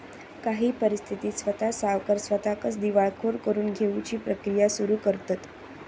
काही परिस्थितीत स्वता सावकार स्वताकच दिवाळखोर करून घेउची प्रक्रिया सुरू करतंत